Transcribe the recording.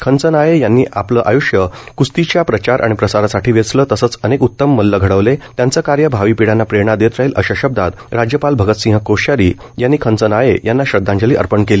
खंचनाळे यांनी आपलं आयुष्य कुस्तीच्या प्रचार आणि प्रसारासाठी वेचलं तसंच अनेक उतम मल्ल घडवले त्यांचं कार्य भावी पिढ्यांना प्रेरणा देत राहील अशा शब्दात राज्यपाल भगतसिंह कोश्यारी यांनी खंचनाळे यांना श्रद्धांजली अर्पण केली आहे